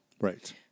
Right